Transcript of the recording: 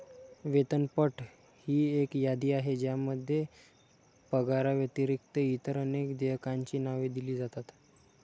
वेतनपट ही एक यादी आहे ज्यामध्ये पगाराव्यतिरिक्त इतर अनेक देयकांची नावे दिली जातात